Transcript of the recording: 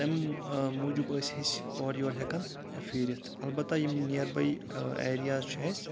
تَمہِ موٗجوٗب ٲسۍ اَسۍ اورٕ یورٕ ہؠکَان پھیٖرِتھ البتہ یِم نِیَرباے اَیٚرِیَاز چھِ اَسہِ